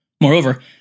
Moreover